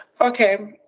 Okay